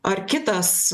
ar kitas